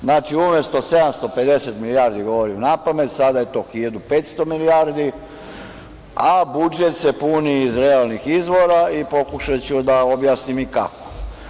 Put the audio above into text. Znači, umesto 750 milijardi, govorim napamet sada je to 1.500 milijardi, a budžet se puni iz realnih izvora i pokušaću da objasnim i kako.